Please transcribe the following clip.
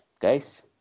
guys